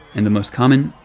and the most common,